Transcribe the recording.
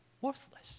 worthless